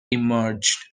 emerged